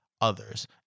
others